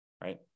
right